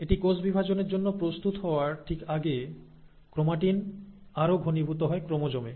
এটি কোষ বিভাজনের জন্য প্রস্তুত হওয়ার ঠিক আগে ক্রোমাটিন আরো ঘনীভূত হয় ক্রোমোজোমে